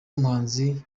n’umuhanzi